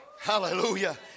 Hallelujah